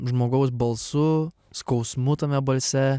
žmogaus balsu skausmu tame balse